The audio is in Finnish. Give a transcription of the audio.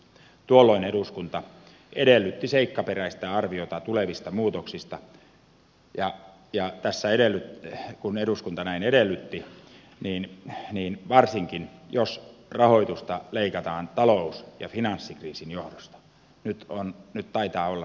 tuolloin eduskunta edellytti seikkaperäistä arviota tulevista muutoksista ja kun eduskunta näin edellytti varsinkin jos rahoitusta leikataan talous ja finanssikriisin johdosta nyt taitaa olla se tilanne